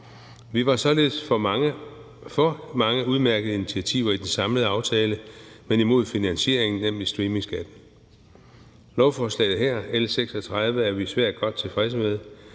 var der mange udmærkede initiativer i den samlede aftale, som vi var for, men vi var imod finansieringen, nemlig streamingskat. Lovforslaget her, L 36, er vi svært godt tilfredse med,